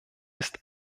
ist